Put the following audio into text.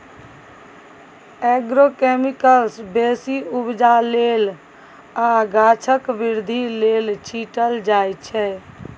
agrochemicals बेसी उपजा लेल आ गाछक बृद्धि लेल छीटल जाइ छै